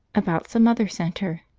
about some other centre.